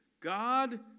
God